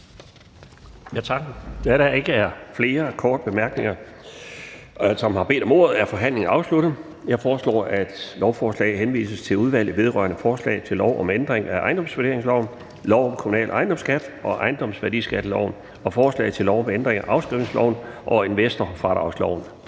Da der ikke er flere, der har bedt om ordet, er forhandlingen afsluttet. Jeg foreslår, at lovforslaget henvises til Udvalget vedrørende forslag til lov om ændring af ejendomsvurderingsloven, lov om kommunal ejendomsskat og ejendomsværdiskatteloven og forslag til lov om ændring af afskrivningsloven og investorfradragsloven.